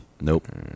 Nope